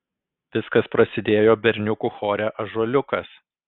viskas prasidėjo berniukų chore ąžuoliukas